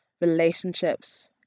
relationships